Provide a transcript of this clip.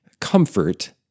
comfort